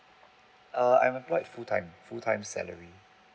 uh I am employed full time full time salary